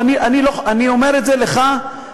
אני אומר את זה לך,